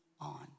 on